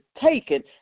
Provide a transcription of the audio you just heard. taken